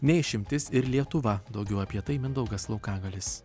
ne išimtis ir lietuva daugiau apie tai mindaugas laukagalis